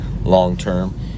long-term